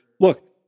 look